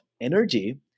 energy